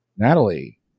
Natalie